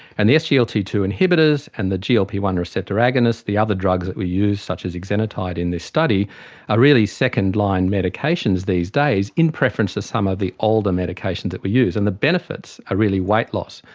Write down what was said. and the s g l t two inhibitors and the g l p one receptor agonists, the other drugs that we use such as exenatide in this study are really second-line medications these days in preference to some of the older medications that we use, and the benefits are really weight loss.